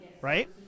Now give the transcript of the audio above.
right